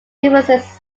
differences